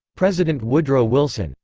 president woodrow wilson.